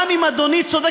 גם אם אדוני צודק,